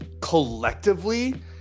collectively